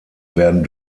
werden